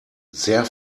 sehr